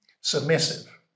submissive